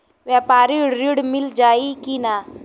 व्यापारी ऋण मिल जाई कि ना?